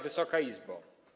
Wysoka Izbo!